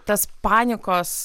tas panikos